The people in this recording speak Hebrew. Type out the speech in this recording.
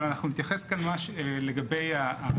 אבל אנחנו נתייחס גם לגני הילדים,